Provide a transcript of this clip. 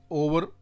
over